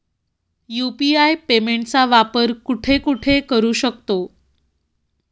UPI पेमेंटचा वापर कुठे कुठे करू शकतो?